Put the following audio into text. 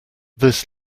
this